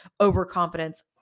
overconfidence